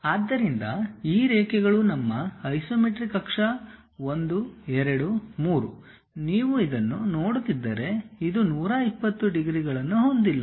ಆದ್ದರಿಂದ ಈ ರೇಖೆಗಳು ನಮ್ಮ ಐಸೊಮೆಟ್ರಿಕ್ ಅಕ್ಷ ಒಂದು ಎರಡು ಮೂರು ನೀವು ಇದನ್ನು ನೋಡುತ್ತಿದ್ದರೆ ಇದು 120 ಡಿಗ್ರಿಗಳನ್ನು ಹೊಂದಿಲ್ಲ